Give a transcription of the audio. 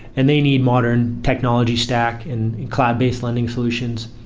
and they need modern technology stack and cloud-based lending solutions.